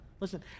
Listen